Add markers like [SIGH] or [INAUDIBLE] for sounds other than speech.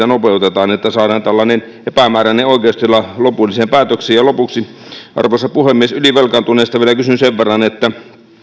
[UNINTELLIGIBLE] nopeutetaan että saadaan tällainen epämääräinen oikeustila lopulliseen päätökseen lopuksi arvoisa puhemies ylivelkaantuneista vielä kysyn sen verran kun